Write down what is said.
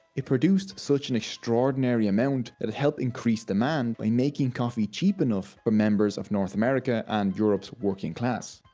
it produced such an extraordinary amount that it helped increase demand by making coffee cheap enough for members of north america's and europe's working classes.